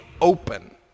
open